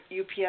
UPS